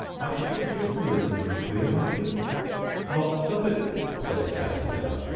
i should think you'll feel it a little queer, won't you not a bit said the caterpillar.